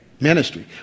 ministry